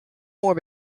more